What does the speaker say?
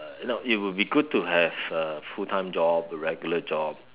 you know it would be good to have a full time job a regular job